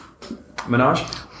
minaj